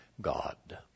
God